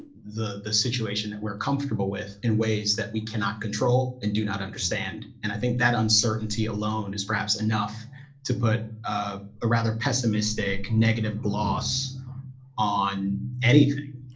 the the situation that we're comfortable with in ways that we cannot control and do not understand and i think that uncertainty alone is perhaps enough to put a ah rather pessimistic negative gloss on anything.